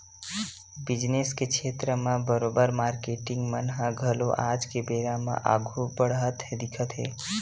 business के छेत्र म बरोबर मारकेटिंग मन ह घलो आज के बेरा म आघु बड़हत दिखत हे